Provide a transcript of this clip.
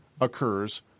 occurs